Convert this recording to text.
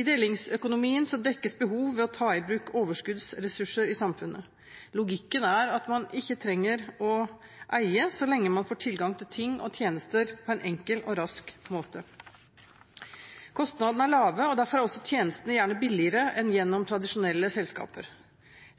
I delingsøkonomien dekkes behov ved å ta i bruk overskuddsressurser i samfunnet. Logikken er at man ikke trenger å eie, så lenge man får tilgang til ting og tjenester på en enkel og rask måte. Kostnadene er lave, og derfor er også tjenestene gjerne billigere enn gjennom tradisjonelle selskaper.